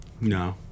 No